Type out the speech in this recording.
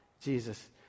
Jesus